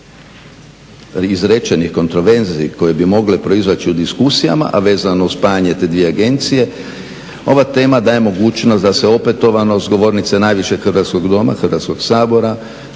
izrečenih kontroverzi koje bi mogle proizaći u diskusijama a vezano uz spajanje te dvije konvencije ova tema daje mogućnost da se opetovano sa govornice najvišeg Hrvatskog doma, Hrvatskoga sabora,